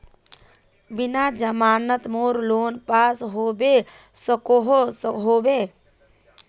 बिना जमानत मोर लोन पास होबे सकोहो होबे?